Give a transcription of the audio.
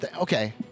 okay